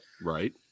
Right